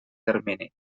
termini